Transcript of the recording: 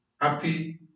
Happy